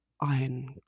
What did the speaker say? Iron